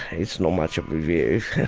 it's not much of a view.